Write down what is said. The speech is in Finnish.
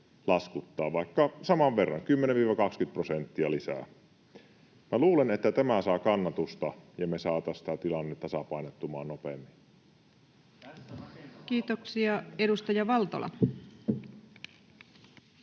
laskuttaa — vaikka saman verran lisää, 10—20 prosenttia. Minä luulen, että tämä saa kannatusta ja me saataisiin tämä tilanne tasapainottumaan nopeammin. [Jani Kokon välihuuto] Kiitoksia.